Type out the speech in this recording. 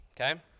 Okay